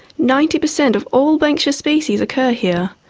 ninety percent of all banksia species occur here,